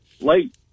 late